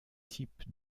types